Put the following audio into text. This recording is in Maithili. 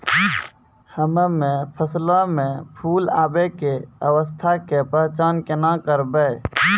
हम्मे फसलो मे फूल आबै के अवस्था के पहचान केना करबै?